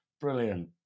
Brilliant